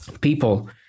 people